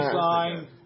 sign